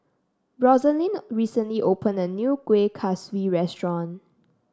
Rosalee recently opened a new Kueh Kaswi restaurant